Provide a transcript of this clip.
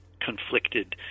conflicted